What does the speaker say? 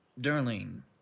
Darlene